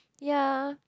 ya